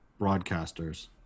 broadcasters